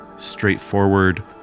Straightforward